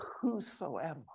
whosoever